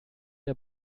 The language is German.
der